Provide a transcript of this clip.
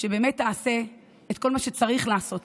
שבאמת תעשה את כל מה שצריך לעשות פה,